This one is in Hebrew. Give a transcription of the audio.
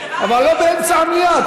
אבל לא באמצע המליאה.